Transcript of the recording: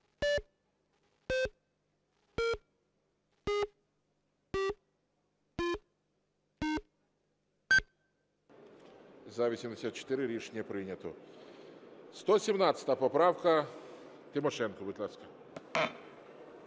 За-84 Рішення не прийнято. 117 поправка. Тимошенко, будь ласка.